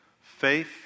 faith